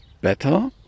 better